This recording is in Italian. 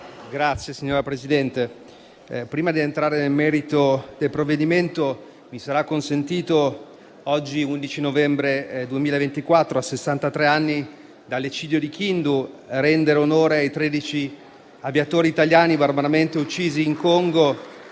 difesa*. Signora Presidente, prima di entrare nel merito del provvedimento, mi sia consentito oggi, 11 novembre 2024, a sessantatré anni dall'eccidio di Kindu, rendere onore ai 13 aviatori italiani barbaramente uccisi in Congo